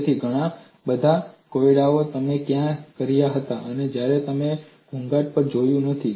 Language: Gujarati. તેથી ઘણા કોયડા ઓ તમે કર્યા હતા તમે ક્યારેય ઘોંઘાટ તરફ જોયું નથી